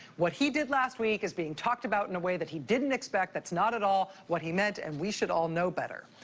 what he did last week is being talked about in a way that he didn't expect. that's not at all what he meant, and we should all know better.